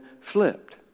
flipped